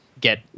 get